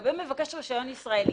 לגבי מבקש רישיון ישראלי,